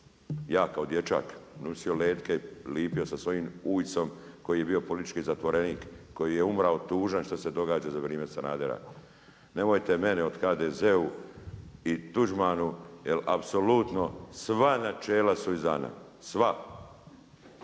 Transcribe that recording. Ja kao dječak, nosio letke, lipo sa svojim ujcom koji je bio politički zatvorenik, koji je umro tužan, što se događa za vrijeme Sanadera. Nemojte mene o HDZ-u i Tuđmanu, jer apsolutno, sva načela su izdana. Sva